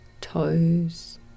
toes